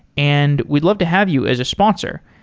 and we'd love to have you as a sponsor.